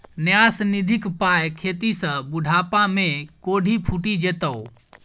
न्यास निधिक पाय खेभी त बुढ़ापामे कोढ़ि फुटि जेतौ